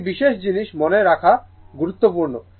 একটি বিষয় জিনিস মনে রাখা গুরুত্বপূর্ণ